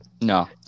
No